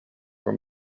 were